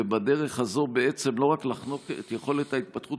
ובדרך הזו בעצם לא רק לחנוק את יכולת ההתפתחות